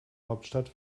hauptstadt